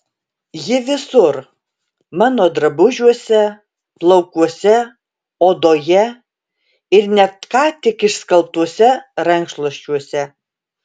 ji visur mano drabužiuose plaukuose odoje ir net ką tik išskalbtuose rankšluosčiuose